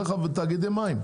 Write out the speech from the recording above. זה תאגידי מים.